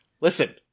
Listen